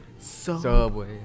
Subway